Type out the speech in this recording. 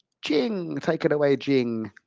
jing. take it away jing.